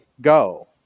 go